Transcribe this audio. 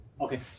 Okay